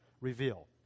Reveal